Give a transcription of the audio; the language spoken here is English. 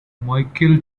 michael